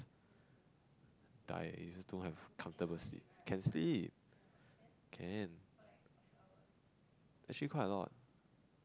die easy to have comfortable sleep can sleep can actually quite a lot